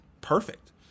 perfect